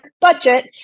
budget